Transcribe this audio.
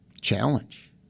challenge